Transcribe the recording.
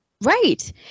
Right